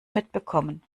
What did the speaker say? mitbekommen